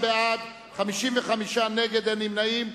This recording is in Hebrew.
בעד, 33, נגד, 55 ואין נמנעים.